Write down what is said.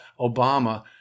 Obama